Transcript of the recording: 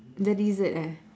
the lizard ah